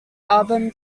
album